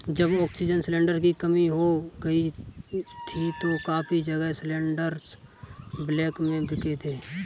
जब oxygen cylinder की कमी हो गई थी तो काफी जगह सिलेंडरस ब्लैक में बिके थे